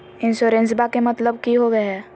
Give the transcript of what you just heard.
इंसोरेंसेबा के मतलब की होवे है?